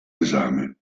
esame